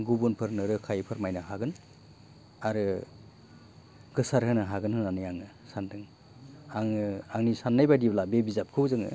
गुबुफोरनो रोखायै फोरमायनो हागोन आरो गोसारहोनो हागोन होननानै आङो सानदों आङो आंनि साननाय बायदिब्ला बे बिजाबखौ जोङो